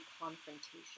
confrontation